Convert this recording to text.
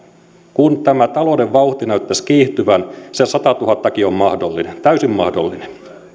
kun talouden vauhti näyttäisi kiihtyvän se satatuhattakin on mahdollinen täysin mahdollinen